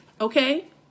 okay